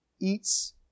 eats